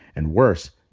and worse,